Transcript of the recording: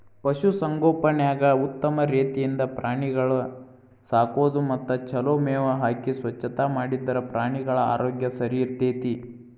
ಪಶು ಸಂಗೋಪನ್ಯಾಗ ಉತ್ತಮ ರೇತಿಯಿಂದ ಪ್ರಾಣಿಗಳ ಸಾಕೋದು ಮತ್ತ ಚೊಲೋ ಮೇವ್ ಹಾಕಿ ಸ್ವಚ್ಛತಾ ಮಾಡಿದ್ರ ಪ್ರಾಣಿಗಳ ಆರೋಗ್ಯ ಸರಿಇರ್ತೇತಿ